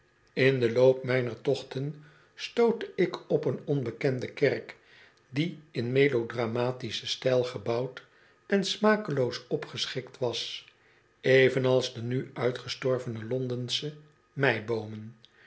in den loop mijner tochten stootte ik op een onbekende kerk die in melodramatischen stijl gebouwd en smakeloos opgeschikt was evenals de nu uitgestorvene londensche